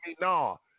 no